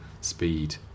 speed